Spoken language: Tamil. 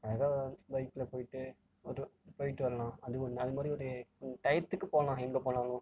அழகாக பைக்கில் போயிட்டு ஒரு போயிட்டு வரலாம் அது ஒன்று அதுமாதிரி ஒரு டையத்துக்கு போகலாம் எங்கே போனாலும்